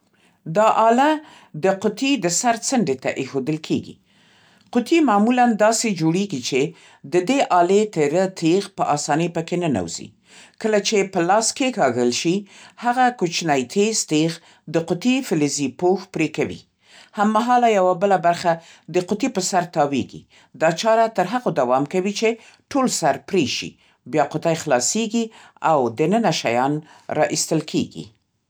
دا آله د قطي د سر څنډې ته ایښوول کېږي. قطي معمولاً داسې جوړېږي چې د دې آلې تېره تېغ په آسانۍ پکې ننوزي. کله چې په لاس کېکاږل شي، هغه کوچنی تیز تیغ د قطي فلزي پوښ پرې کوي. هم‌مهاله، یوه بله برخه د قطي په سر تاوېږي. دا چاره تر هغو دوام کوي چې ټول سر پرې شي. بیا قطي خلاصېږي، او دننه شیان راایستل کېدای شي.